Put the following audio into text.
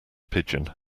pigeon